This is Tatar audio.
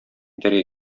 итәргә